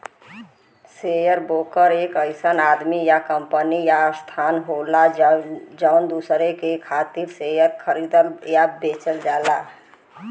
share broker एक अइसन आदमी या कंपनी या संस्थान होला जौन दूसरे के खातिर शेयर खरीदला या बेचला